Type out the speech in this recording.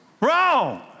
Wrong